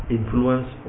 influence